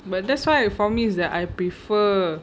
but that's why for me is that I prefer